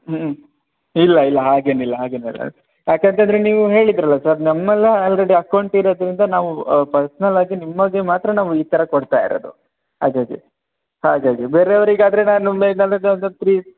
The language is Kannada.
ಹ್ಞೂ ಇಲ್ಲ ಇಲ್ಲ ಹಾಗೇನು ಇಲ್ಲ ಹಾಗೇನು ಇಲ್ಲ ಯಾಕೆಂತಂದರೆ ನೀವು ಹೇಳಿದರಲ್ಲ ಸರ್ ನಮ್ಮಲ್ಲಿ ಆಲ್ರೆಡಿ ಅಕೌಂಟ್ ಇರೋದರಿಂದ ನಾವು ಪರ್ಸನಲ್ಲಾಗಿ ನಿಮಗೆ ಮಾತ್ರ ನಾವು ಈ ಥರ ಕೊಡ್ತಾ ಇರೋದು ಹಾಗಾಗಿ ಹಾಗಾಗಿ ಬೇರೆಯವರಿಗಾದ್ರೆ ನಾನು ಒಂದು ತ್ರೀ